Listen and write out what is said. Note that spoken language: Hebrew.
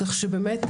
כך שבאמת,